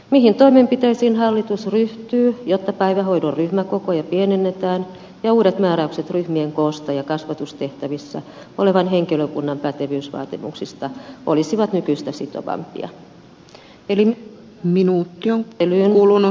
mihin toimenpiteisiin hallitus ryhtyy jotta päivähoidon ryhmäkokoja pienennetään ja uudet määräykset ryhmien koosta ja kasvatustehtävissä olevan henkilökunnan pätevyysvaatimuksista olisivat nykyistä sitovampia eli antaa varhaiskasvatuslain